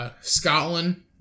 Scotland